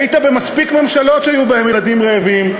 היית במספיק ממשלות שהיו בזמנן ילדים רעבים,